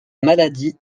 maladie